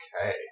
okay